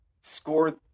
score